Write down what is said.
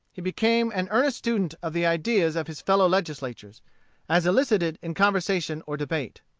he became an earnest student of the ideas of his fellow-legislators as elicited in conversation or debate.